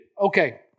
Okay